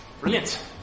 Brilliant